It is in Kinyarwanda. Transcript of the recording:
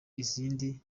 izindi